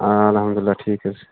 الحمدُاللہ ٹھیٖک حظ چھِ